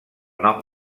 nom